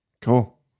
Cool